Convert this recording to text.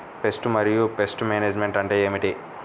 Pest మరియు pest management అంటే ఏమిటి?